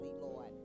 Lord